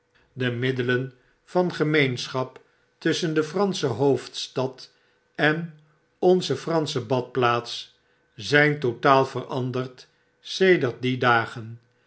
de middelen van gemeenschap tusschen de fransche hoofdstad en onze fransche badplaats zp totaal veranderd sedert die dagen